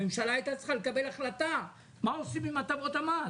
הממשלה הייתה צריכה לקבל החלטה מה עושים עם הטבות המס.